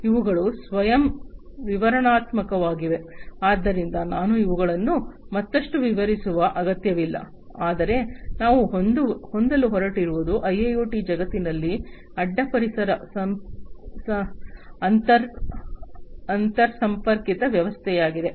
ಇವುಗಳು ಸ್ವಯಂ ವಿವರಣಾತ್ಮಕವಾಗಿವೆ ಆದ್ದರಿಂದ ನಾನು ಅವುಗಳನ್ನು ಮತ್ತಷ್ಟು ವಿವರಿಸುವ ಅಗತ್ಯವಿಲ್ಲ ಆದರೆ ನಾವು ಹೊಂದಲು ಹೊರಟಿರುವುದು ಐಐಒಟಿ ಜಗತ್ತಿನಲ್ಲಿ ಅಡ್ಡ ಪರಿಸರ ಅಂತರ್ಸಂಪರ್ಕಿತ ವ್ಯವಸ್ಥೆಯಾಗಿದೆ